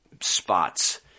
spots